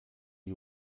die